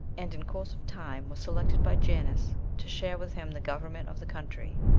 and, in course of time, was selected by janus to share with him the government of the country,